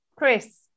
Chris